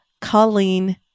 Colleen